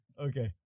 Okay